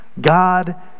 God